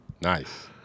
Nice